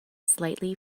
slightly